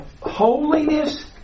holiness